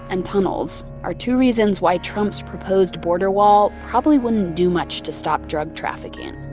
and tunnels, are two reasons why trump's proposed border wall probably wouldn't do much to stop drug trafficking.